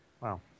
Wow